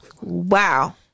wow